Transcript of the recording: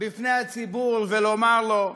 בפני הציבור ולומר לו: